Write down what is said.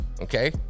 Okay